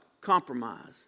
compromise